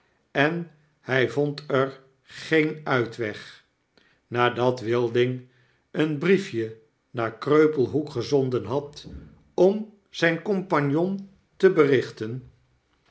en hfl vond er geen uitweg nadat wilding een briefje naar kreupelhoek gezonden had om zjjn compagnon te berichten